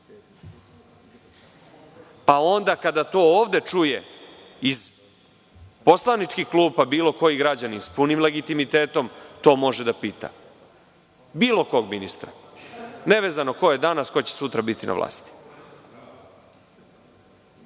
Pa onda, kada to ovde čuje, iz poslaničkih klupa, bilo koji građanin s punim legitimitetom to može da pita bilo kog ministra, nevezano ko je danas, ko će sutra biti na